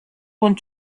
want